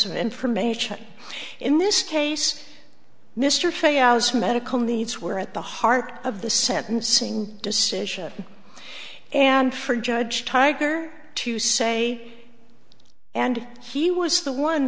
of information in this case mr fayose medical needs were at the heart of the sentencing decision and for judge tiger to say and he was the one